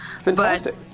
fantastic